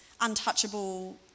untouchable